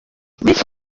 bityo